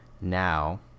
now